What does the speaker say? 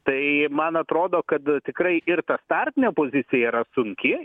tai man atrodo kad tikrai ir ta startinė pozicija yra sunki